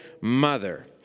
mother